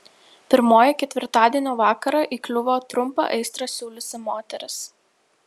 pirmoji ketvirtadienio vakarą įkliuvo trumpą aistrą siūliusi moteris